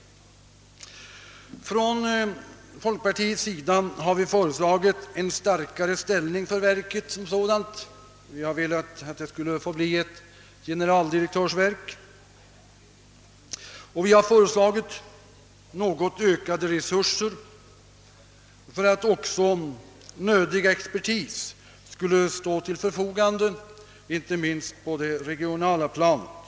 Från folkpartiets sida har vi föreslagit att verket som sådant skall få en starkare ställning och bli ett generaldirektörsverk. Vi har också föreslagit något ökade resurser och att nödig expertis skall ställas till verkets förfogande, inte minst på det regionala planet.